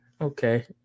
Okay